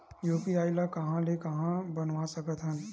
UPI ल कहां ले कहां ले बनवा सकत हन?